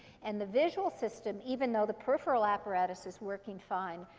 and the visual system, even though the peripheral apparatus is working fine,